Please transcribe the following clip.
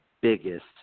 biggest